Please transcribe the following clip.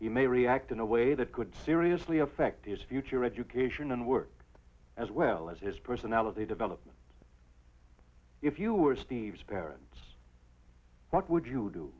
you may react in a way that could seriously affect his future education and work as well as his personality development if you were steve's parents what would you do